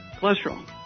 cholesterol